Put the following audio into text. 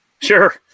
sure